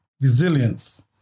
resilience